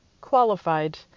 qualified